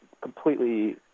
completely